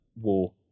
war